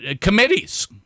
committees